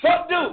subdue